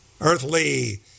Earthly